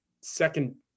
second